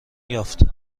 یافت